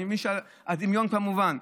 אני מבין שהדמיון כבר מובן.